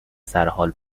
سرحال